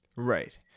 Right